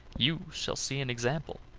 you shall see an example.